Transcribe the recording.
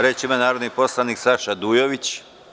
Reč ima narodni poslanik Saša Dujović.